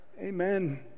Amen